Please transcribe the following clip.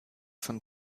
von